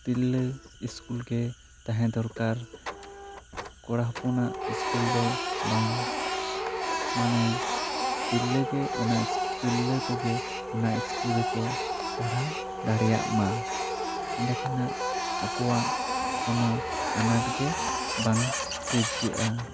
ᱛᱤᱨᱞᱟᱹ ᱥᱠᱩᱞ ᱜᱮ ᱛᱟᱦᱮᱸ ᱫᱚᱨᱠᱟᱨ ᱠᱚᱲᱟ ᱦᱚᱯᱚᱱᱟᱜ ᱫᱚ ᱵᱟᱝ ᱢᱟᱱᱮ ᱛᱤᱨᱞᱟᱹ ᱜᱮ ᱚᱱᱟ ᱛᱤᱨᱞᱟᱹ ᱠᱚᱜᱮ ᱚᱱᱟ ᱥᱠᱩᱞ ᱨᱮᱠᱚ ᱯᱟᱲᱦᱟᱜ ᱫᱟᱲᱮᱭᱟᱜᱼᱢᱟ ᱮᱸᱰᱮ ᱠᱷᱟᱱᱟ ᱟᱠᱚᱣᱟ ᱠᱚᱱᱚ ᱟᱸᱱᱟᱴ ᱜᱮ ᱵᱟᱝ ᱥᱤᱨᱡᱟᱹᱜᱼᱟ